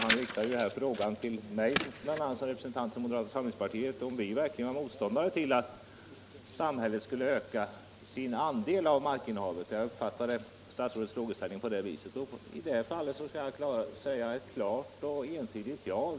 Han riktade frågan till bl.a. mig som representant för moderata samlingspartiet, om vi verkligen är motståndare till att samhället ökar sin andel av markinnehavet. Jag uppfattade statsrådets fråga på det sättet. I det här fallet skall jag säga ett klart och entydigt ja.